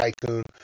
tycoon